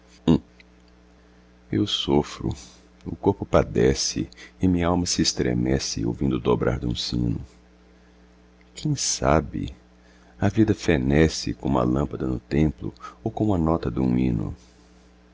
eu sofro o corpo padece e minhalma se estremece ouvindo o dobrar dum sino quem sabe a vida fenece como a lâmpada no templo ou como a nota dum hino